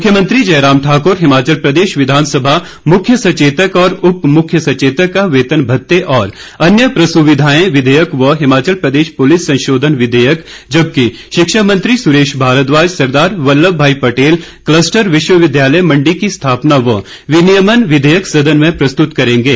मुख्यमंत्री जयराम ठाकुर हिमाचल प्रदेश विधानसभा मुख्य सचेतक और उप मुख्य सचेतक का वेतन भत्ते और अन्य प्र सुविधाएं विधेयक व हिमाचल प्रदेश पुलिस संशोधन विधेयक जबकि शिक्षा मंत्री सुरेश भारद्वाज सरदार वल्लभ भाई पटेल कलस्टर विश्वविद्यालय मंडी की स्थापना व विनियमन विघेकय सदन में प्रस्तुत करेंगे